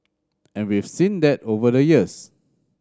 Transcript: and we've seen that over the years